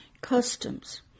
customs